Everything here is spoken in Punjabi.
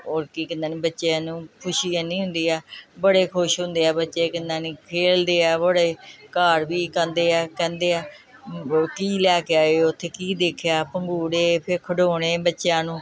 ਔਰ ਕੀ ਕਹਿੰਦੇ ਨੇ ਬੱਚਿਆਂ ਨੂੰ ਖੁਸ਼ੀ ਐਨੀ ਹੁੰਦੀ ਆ ਬੜੇ ਖੁਸ਼ ਹੁੰਦੇ ਆ ਬੱਚੇ ਕਿੰਨਾਂ ਨੀ ਖੇਡਦੇ ਆ ਬੜੇ ਘਰ ਵੀ ਕਾਂਦੇ ਆ ਕਹਿੰਦੇ ਆ ਬ ਕੀ ਲੈ ਕੇ ਆਏ ਉੱਥੇ ਕੀ ਦੇਖਿਆ ਭੰਗੂੜੇ ਫਿਰ ਖਿਡੌਣੇ ਬੱਚਿਆਂ ਨੂੰ